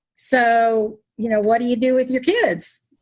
so, you know, what do you do with your kids?